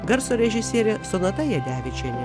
garso režisierė sonata jadevičienė